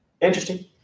interesting